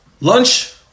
lunch